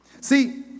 See